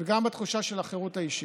וגם בתחושה של החירות האישית.